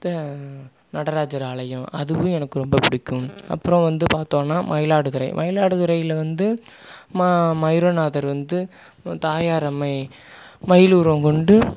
நடராஜர் ஆலயம் அதுவும் எனக்கு ரொம்ப பிடிக்கும் அப்றம் வந்து பாத்தோம்னா மயிலாடுதுறை மயிலாடுதுறையில வந்து மயூரநாதர் வந்து தாயார் அம்மை மயிலுருவம் கொண்டு